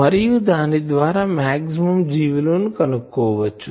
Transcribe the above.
మరియు దాని ద్వారా మాక్సిమం G విలువ ని కనుక్కోవచ్చు